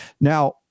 now